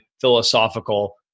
philosophical